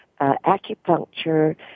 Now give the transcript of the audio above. acupuncture